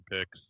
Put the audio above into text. picks